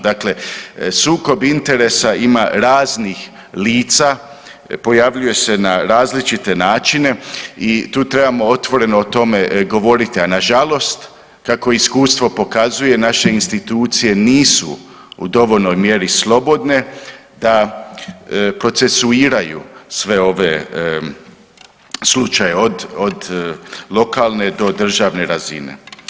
Dakle, sukob interesa ima raznih lica, pojavljuje se na različite načine i tu trebamo otvoreno o tome govoriti, a nažalost kako iskustvo pokazuje naše institucije nisu u dovoljnoj mjeri slobodne da procesuiraju sve ove slučajeve od, od lokalne do državne razine.